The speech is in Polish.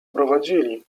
prowadzili